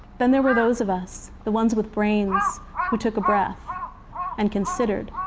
then there were those of us, the ones with brains who took a breath and considered,